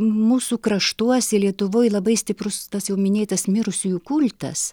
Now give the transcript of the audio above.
mūsų kraštuose lietuvoj labai stiprus tas jau minėtas mirusiųjų kultas